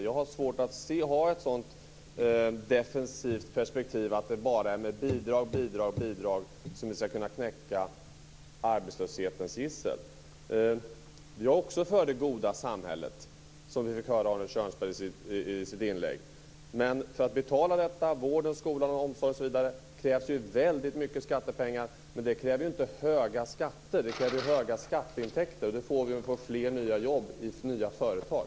Jag har svårt att anlägga ett så defensivt perspektiv, att det bara är med bidrag som vi skall kunna knäcka arbetslöshetens gissel. Jag är också för det goda samhället, som vi fick höra Arne Kjörnsberg tala om i sitt inlägg. Men för att betala vård, skola, omsorg osv. krävs mycket skattepengar. Det kräver inte höga skatter utan höga skatteintäkter. Det får vi om det blir fler nya jobb i nya företag.